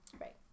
Right